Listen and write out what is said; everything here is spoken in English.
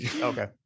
okay